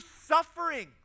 suffering